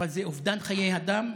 אבל זה אובדן חיי אדם,